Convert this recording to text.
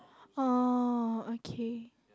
oh okay